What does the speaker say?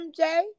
MJ